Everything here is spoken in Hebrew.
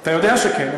אתה יודע שכן.